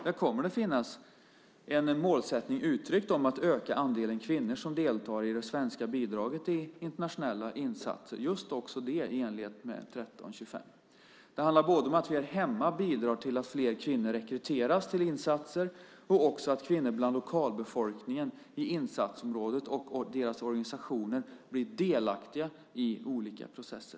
Där kommer det att finnas en målsättning uttryckt om att öka andelen kvinnor som deltar i det svenska bidraget i internationella insatser i enlighet med 1325. Det handlar om att vi här hemma bidrar till att fler kvinnor rekryteras till insatser och om att kvinnor bland lokalbefolkningen i insatsområdet och deras organisationer blir delaktiga i olika processer.